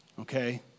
okay